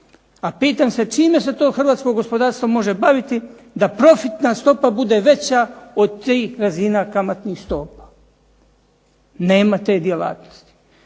A pitam se čime se to hrvatsko gospodarstvo može baviti da profitna stopa bude veća od tih razina kamatnih stopa? Nema te djelatnosti.